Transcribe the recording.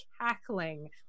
cackling